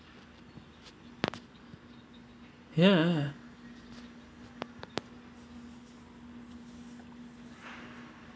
ya ah ah